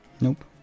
Nope